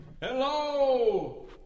Hello